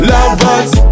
Lovers